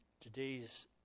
today's